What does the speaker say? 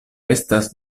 estas